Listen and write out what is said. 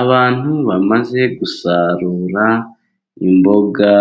Abantu bamaze gusarura imboga